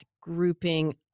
grouping